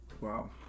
Wow